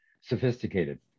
sophisticated